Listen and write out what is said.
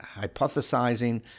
hypothesizing